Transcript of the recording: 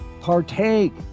partake